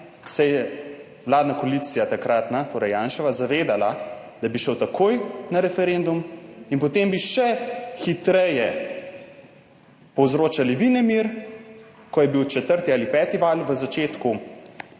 vladna koalicija, torej Janševa, zavedala, da bi šel takoj na referendum in potem bi vi še hitreje povzročali nemir, ko je bil četrti ali peti val v začetku